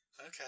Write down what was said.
okay